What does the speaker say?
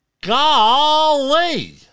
Golly